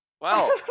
Wow